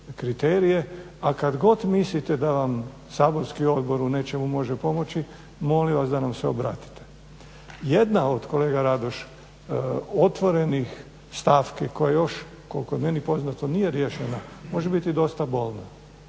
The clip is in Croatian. a kad god mislite da vam saborski odbor u nečemu može pomoći, molim vas da nam se obratite. Jedna od, kolega Radoš, otvorenih stavki koje još koliko je meni poznato nije riješena, može biti dosta bolna.